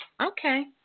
Okay